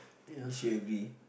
did she agree